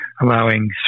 allowing